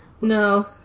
No